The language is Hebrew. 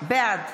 בעד